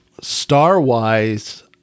star-wise